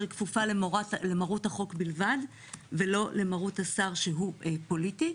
היא כפופה למרות החוק בלבד ולא למרות השר שהוא פוליטי.